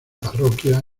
parroquia